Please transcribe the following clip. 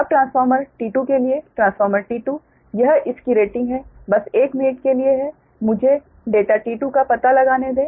अब transformer T2 के लिए ट्रांसफॉर्मर T2 यह इसकी रेटिंग है बस 1 मिनट के लिए है मुझे डेटा T2 का पता लगाने दें